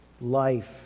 life